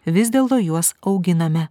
vis dėlto juos auginame